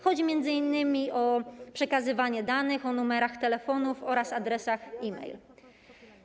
Chodzi m.in. o przekazywanie danych o numerach telefonów oraz adresach e-mail.